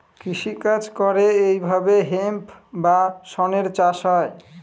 কৃষি কাজ করে এইভাবে হেম্প বা শনের চাষ হয়